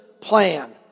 plan